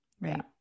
right